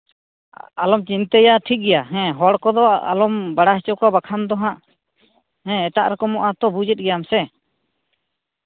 ᱟᱞᱚᱢ ᱪᱤᱱᱛᱟᱹᱭᱟ ᱴᱷᱤᱠ ᱜᱮᱭᱟ ᱦᱮᱸ ᱦᱚᱲ ᱠᱚᱫᱚ ᱟᱞᱚᱢ ᱵᱟᱲᱟᱭ ᱦᱚᱪᱚ ᱠᱚᱣᱟ ᱵᱟᱠᱷᱟᱱ ᱫᱚ ᱦᱟᱸᱜ ᱮᱴᱟᱜ ᱨᱚᱠᱚᱢᱚᱜᱼᱟ ᱵᱩᱡᱮᱜ ᱜᱮᱭᱟᱢ ᱥᱮ